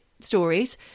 stories